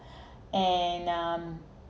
and um